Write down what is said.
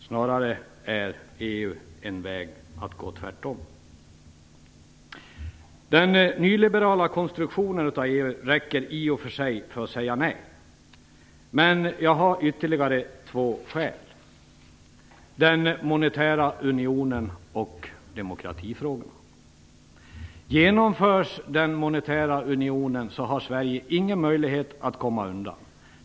Snarare är EU motsatta vägen. Den nyliberala konstruktionen räcker i och för sig för ett nej. Men jag har ytterligare två skäl: den monetära unionen och demokratifrågorna. Genomförs den monetära unionen har Sverige ingen möjlighet att komma undan.